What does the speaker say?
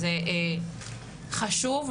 זה חשוב,